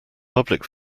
public